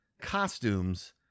costumes